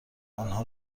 آنها